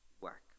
work